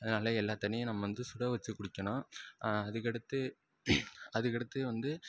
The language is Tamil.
அதனால எல்லா தண்ணீரையும் நம்ம வந்து சுட வச்சு குடிக்கணும் அதுக்கடுத்து அதுக்கடுத்து வந்து